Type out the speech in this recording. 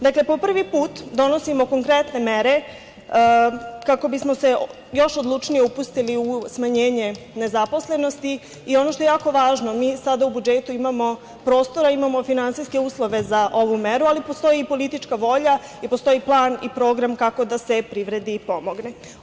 Dakle, po prvi put donosimo konkretne mere kako bismo se još odlučnije upustili u smanjenje nezaposlenosti i ono što je jako važno, mi sada u budžetu imamo prostora, imamo finansijske uslove za ovu meru, ali postoji i politička volja i postoji plan i program kako da se privredi pomogne.